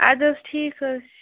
ادٕ حظ ٹھیک حظ چھِ